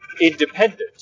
independent